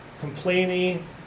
complaining